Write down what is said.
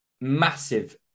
massive